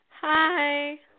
Hi